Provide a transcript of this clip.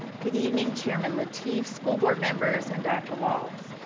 good evening chairman lateef, school board members, and dr. walts.